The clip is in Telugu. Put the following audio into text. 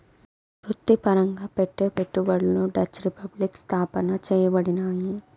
వృత్తిపరంగా పెట్టే పెట్టుబడులు డచ్ రిపబ్లిక్ స్థాపన చేయబడినాయి